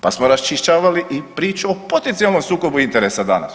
Pa smo raščišćavali i priču o potencionalnom sukobu interesa danas.